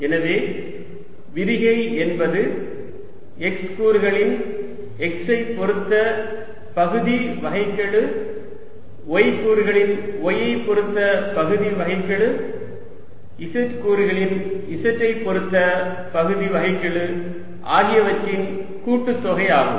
எனவே விரிகை என்பது x கூறுகளின் x ஐ பொறுத்த பகுதி வகைக்கெழு y கூறுகளின் y ஐ பொறுத்த பகுதி வகைக்கெழு z கூறுகளின் z ஐ பொறுத்த பகுதி வகைக்கெழு ஆகியவற்றின் கூட்டுத்தொகை ஆகும்